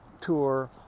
tour